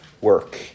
work